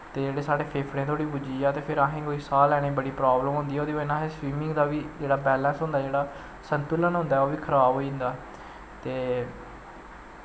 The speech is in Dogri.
ते जेह्ड़ा साढ़े फेफड़ें धोड़ी पुज्जी आ ते फिर असें कोई साह् लैने दी बड़ी प्रॉवलम होंदी ऐ ओह्दी बज़ह कन्नै असें स्विमिंग दा बी जेह्ड़ा बैलैंस होंदा जेह्ड़ा संतुलन होंदा जेह्ड़ा ओह् बी खराब होई जंदा ऐ ते